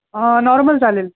normal चालेल